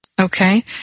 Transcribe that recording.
okay